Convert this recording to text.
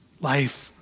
Life